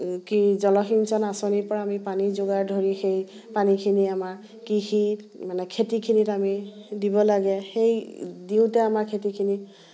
কি জলসিঞ্চন আঁচনিৰপৰা আমি পানী যোগাৰ ধৰি সেই পানীখিনি আমাৰ কৃষিত মানে খেতিখিনিত আমি দিব লাগে সেই দিওঁতে আমাৰ খেতিখিনি